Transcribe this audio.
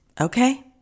Okay